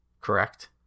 Correct